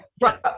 right